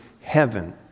heaven